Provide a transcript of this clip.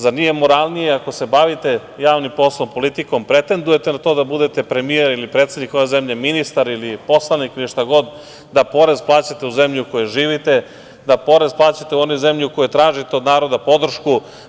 Zar nije moralnije ako se bavite javnim poslom, politikom, pretendujete na to da budete premijer, ili predsednik ove zemlje, ministar ili poslanik, šta god, da porez plaćate u zemlji u kojoj živite, da porez plaćate u onoj zemlji u kojoj tražite od naroda podršku?